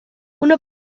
una